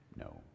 No